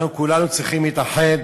כולנו צריכים להתאחד